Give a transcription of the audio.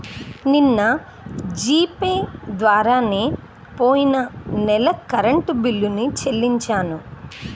నిన్న G Pay ద్వారానే పొయ్యిన నెల కరెంట్ బిల్లుని చెల్లించాను